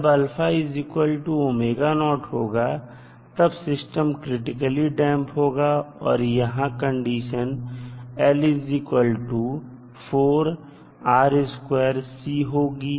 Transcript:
जब होगा तब सिस्टम क्रिटिकली डैंप होगा और यहां कंडीशन होगी